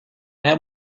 have